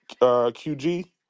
qg